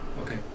okay